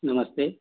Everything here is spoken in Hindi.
नमस्ते